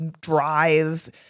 drive